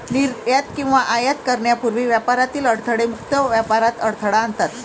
निर्यात किंवा आयात करण्यापूर्वी व्यापारातील अडथळे मुक्त व्यापारात अडथळा आणतात